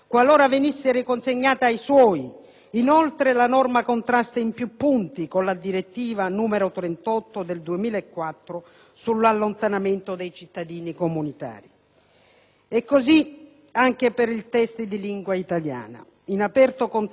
Inoltre la norma contrasta in più punti con la direttiva n. 38 del 2004 sull'allontanamento dei cittadini comunitari. E così anche per il test di lingua italiana, in aperto contrasto con la direttiva n.